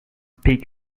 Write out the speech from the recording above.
pick